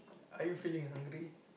are you feeling hungry